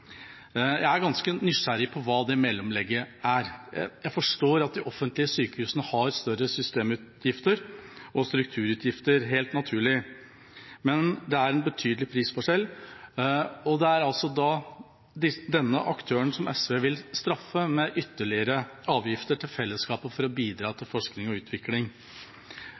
Jeg er ganske nysgjerrig på hva det mellomlegget er. Jeg forstår at de offentlige sykehusene helt naturlig har større systemutgifter og strukturutgifter, men det er en betydelig prisforskjell, og det er altså denne aktøren SV vil straffe med ytterligere avgifter til fellesskapet for å bidra til forskning og utvikling.